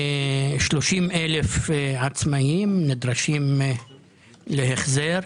30,000 עצמאים נדרשים להחזר.